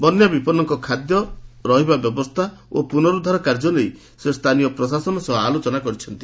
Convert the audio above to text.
ବନ୍ୟା ବିପନ୍ମଙ୍କ ଖାଦ୍ୟ ରହିବା ବ୍ୟବସ୍ଚା ଓ ପୁନରୁଦ୍ଧାର କାର୍ଯ୍ୟ ନେଇ ସେ ସ୍ରାନୀୟ ପ୍ରଶାସନ ସହ ଆଲୋଚନା କରିଛନ୍ତି